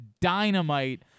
Dynamite